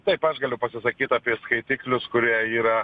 taip aš galiu pasisakyt apie skaitiklius kurie yra